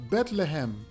Bethlehem